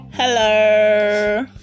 Hello